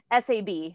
sab